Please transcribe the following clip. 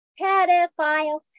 Pedophile